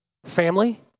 Family